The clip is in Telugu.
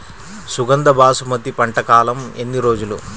సుగంధ బాసుమతి పంట కాలం ఎన్ని రోజులు?